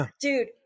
dude